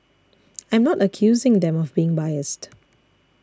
I'm not accusing them of being biased